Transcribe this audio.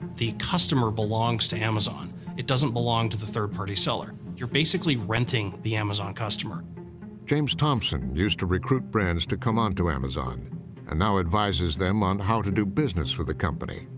the customer belongs to amazon it doesn't belong to the third-party seller. you're basically renting the amazon customer. narrator james thomson used to recruit brands to come onto amazon and now advises them on how to do business with the company.